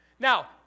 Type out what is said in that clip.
Now